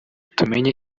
tumenye